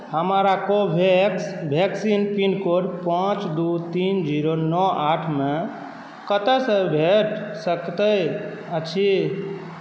हमरा Covax vaccine pin code पाँच दू तीन जीरो नओ आठमे कतयसँ भेट सकैत अछि